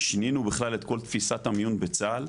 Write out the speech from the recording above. שינינו בכלל את שיטת המיון בצה"ל,